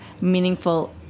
meaningful